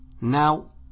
Now